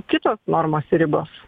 kitos normos ir ribos